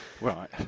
Right